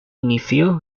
inició